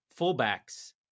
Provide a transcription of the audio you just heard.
fullbacks